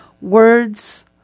Words